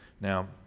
Now